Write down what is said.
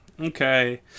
Okay